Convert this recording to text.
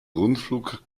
rundflug